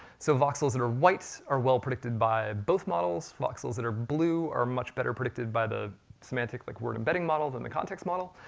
so voxels that are white, are well-predicted by both models. voxels that are blue are much better predicted by the semantic, like word embedding models, than the context model.